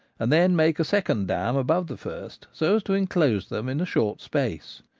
and then make a second dam above the first so as to enclose them in a short space.